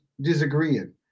disagreeing